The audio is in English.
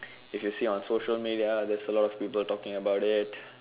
if you see on social media there's a lot of people talking about it